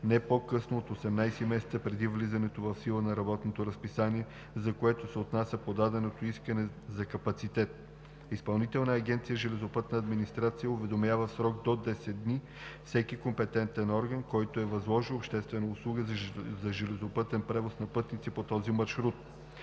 не по-късно от 18 месеца преди влизането в сила на работното разписание, за което се отнася подаденото искане за капацитет. Изпълнителна агенция „Железопътна администрация“ уведомява в срок до 10 дни всеки компетентен орган, който е възложил обществени услуги за железопътен превоз на пътници по този маршрут,